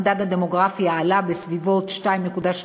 המדד הדמוגרפי עלה בסביבות 2.2,